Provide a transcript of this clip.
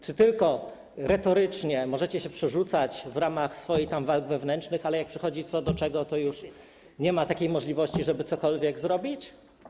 Czy tylko retorycznie możecie się przerzucać w ramach swoich walk wewnętrznych, ale jak przychodzi co do czego, to już nie ma takiej możliwości, żeby cokolwiek zrobić?